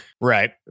Right